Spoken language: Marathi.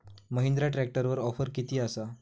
महिंद्रा ट्रॅकटरवर ऑफर किती आसा?